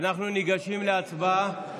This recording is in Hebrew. אנחנו ניגשים להצבעה.